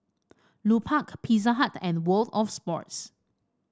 Lupark Pizza Hut and World Of Sports